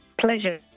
Pleasure